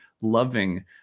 loving